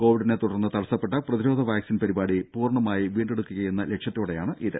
കോവിഡിനെ തുടർന്ന് തടസ്സപ്പെട്ട പ്രതിരോധ വാക്സിൻ പരിപാടി പൂർണമായി വീണ്ടെടുക്കുകയെന്ന ലക്ഷ്യത്തോടെയാണിത്